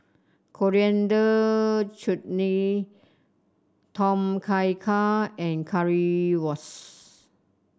Coriander Chutney Tom Kha Gai and Currywurst